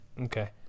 Okay